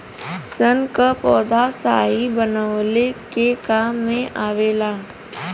सन क पौधा स्याही बनवले के काम मे आवेला